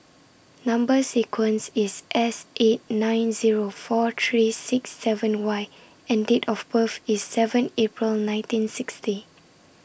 Number sequence IS S eight nine Zero four three six seven Y and Date of birth IS seven April nineteen sixty